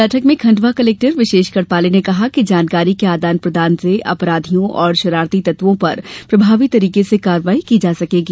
बैठक में खण्डवा कलेक्टर विशेष गढ़पाले ने कहा कि जानकारी के आदान प्रदान से अपराधियों व शरारती तत्वों पर प्रभावी तरीके से कार्यवाही की जा सकेगी